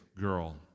girl